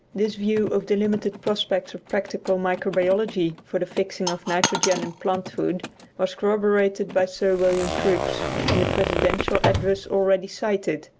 this view of the limited prospects of practical microbiology for the fixing of nitrogen in plant-food was corroborated by sir william crookes in the presidential address already cited.